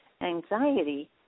anxiety